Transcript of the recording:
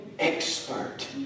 Expert